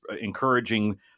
encouraging